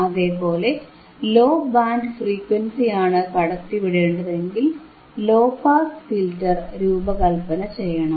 അതേപോലെ low band ഫ്രീക്വൻസിയാണ് കടത്തിവിടേണ്ടതെങ്കിൽ ലോ പാസ് ഫിൽറ്റർ രൂപകല്പന ചെയ്യണം